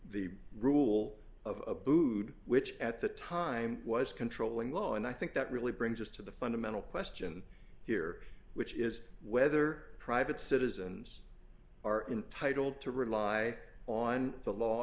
the rule of bood which at the time was controlling law and i think that really brings us to the fundamental question here which is whether private citizens are entitled to rely on the law